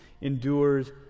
endures